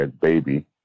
baby